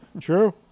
True